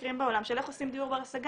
מקרים בעולם של איך עושים דיור בר השגה.